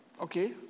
okay